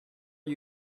are